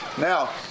now